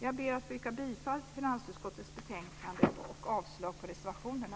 Jag ber att få yrka bifall till förslaget i finansutskottets betänkande och avslag på reservationerna.